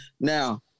Now